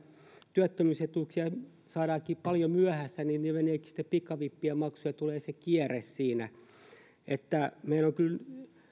työttömyysetuuksia saadaankin paljon myöhässä niin ne menevätkin sitten pikavippien maksuun ja tulee se kierre siinä meidän on kyllä